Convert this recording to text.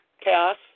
Chaos